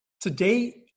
today